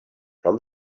from